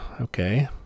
Okay